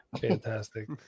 fantastic